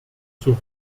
zur